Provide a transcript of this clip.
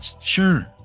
sure